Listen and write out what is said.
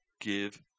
give